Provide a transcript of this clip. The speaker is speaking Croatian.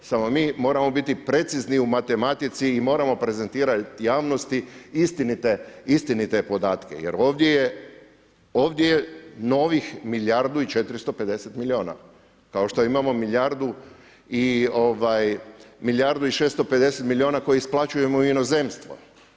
Samo mi moramo biti precizni u matematici i moramo prezentirati javnosti istinite podatke jer ovdje je novih milijardu i 450 milijuna kao što imamo milijardu i 650 milijuna kojih isplaćujemo u inozemstvo.